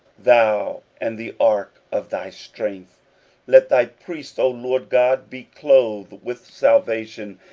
thou, and the ark of thy strength let thy priests, o lord god, be clothed with salvation,